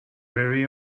very